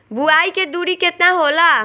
बुआई के दुरी केतना होला?